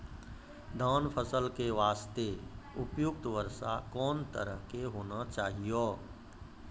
धान फसल के बास्ते उपयुक्त वर्षा कोन तरह के होना चाहियो?